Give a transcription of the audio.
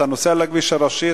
אתה נוסע על הכביש הראשי,